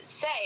say